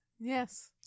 Yes